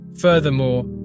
Furthermore